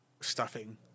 stuffing